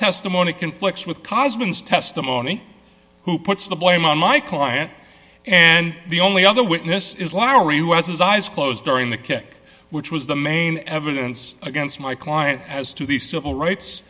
testimony conflicts with cozzens testimony who puts the blame on my client and the only other witness is laurie who has his eyes closed during the kick which was the main evidence against my client as to the civil rights